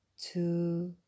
two